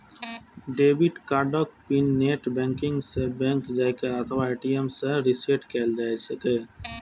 debit कार्डक PIN net banking सं, bank जाके अथवा ए.टी.एम सं रीसेट कैल जा सकैए